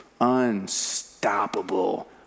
unstoppable